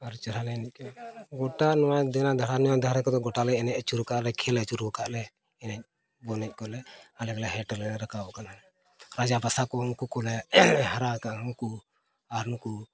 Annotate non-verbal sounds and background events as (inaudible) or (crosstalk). ᱟᱨ ᱪᱮᱨᱦᱟ ᱞᱮ ᱮᱱᱮᱡ ᱠᱮᱜᱼᱟ ᱜᱚᱴᱟ ᱱᱚᱣᱟ (unintelligible) ᱱᱤᱭᱟᱹ ᱫᱷᱟᱨᱮ ᱫᱚ ᱜᱳᱴᱟ ᱞᱮ ᱮᱱᱮᱡ ᱟᱹᱪᱩᱨ ᱟᱠᱟᱫᱼᱟ ᱞᱮ ᱠᱷᱮᱞ ᱟᱹᱪᱩᱨ ᱟᱠᱟᱫᱼᱟ ᱞᱮ ᱮᱱᱮᱡ ᱵᱚᱞ ᱮᱱᱮᱡ ᱠᱚᱞᱮ ᱟᱞᱮ ᱜᱮ ᱦᱮᱴ ᱨᱮᱞᱮ ᱨᱟᱠᱟᱵ ᱠᱟᱱᱟ ᱨᱟᱡᱟ ᱯᱟᱥᱟ ᱠᱚᱦᱚᱸ ᱩᱱᱠᱩ ᱠᱚᱞᱮ ᱦᱟᱨᱟᱣ ᱠᱟᱜ ᱩᱱᱠᱩ ᱟᱨ ᱱᱩᱠᱩ